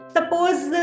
Suppose